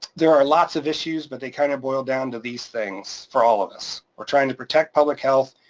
there are a lots of issues, but they kinda boil down to these things for all of us, we're trying to protect public health,